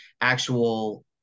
actual